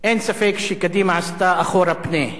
אין ספק שקדימה עשתה "אחורה פנה".